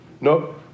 No